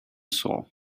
saw